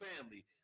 family